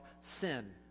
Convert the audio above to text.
sin